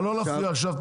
לא להפריע עכשיו.